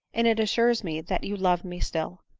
and it assures me that you love me still.